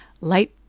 light